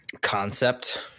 concept